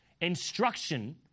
Instruction